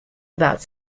about